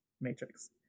matrix